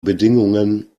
bedingungen